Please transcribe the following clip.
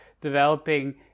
developing